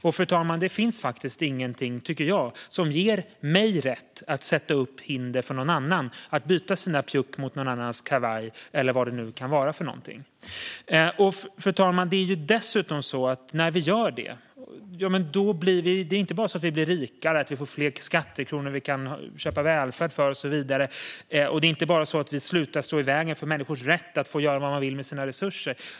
Jag tycker faktiskt inte att det finns någonting som ger mig rätt att sätta upp hinder för någon annan att byta sina pjuck mot någon annans kavaj eller vad det nu kan vara för någonting. Fru talman! Det är dessutom så att när vi gör detta blir vi inte bara rikare och får fler skattekronor som vi kan köpa välfärd för och så vidare. Det är heller inte bara så att vi slutar att stå i vägen för människors rätt att få göra vad de vill med sina resurser.